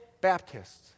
Baptists